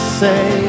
say